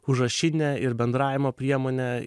užrašinė ir bendravimo priemonė